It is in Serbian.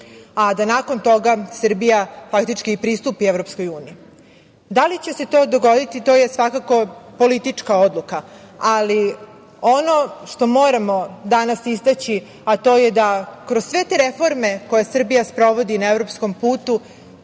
a da nakon toga Srbija faktički i pristupi EU. Da li će se to dogoditi? To je svakako politička odluka, ali ono što moramo danas istaći je da kroz sve te reforme koje Srbija sprovodi na evropskom putu